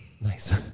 Nice